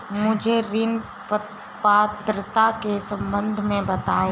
मुझे ऋण पात्रता के सम्बन्ध में बताओ?